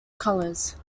colours